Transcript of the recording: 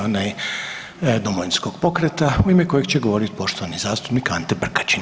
onaj Domovinskog pokreta u ime kojeg će govoriti poštovani zastupnik Ante Prkačin.